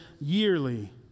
yearly